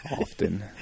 Often